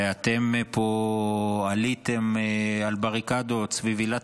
ואתם פה עליתם על בריקדות סביב עילת